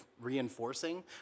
reinforcing